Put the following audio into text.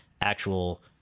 actual